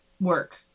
work